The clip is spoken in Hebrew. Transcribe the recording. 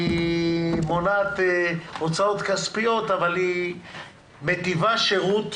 מונעת הוצאות כספיות אבל היא מיטיבה לשירות,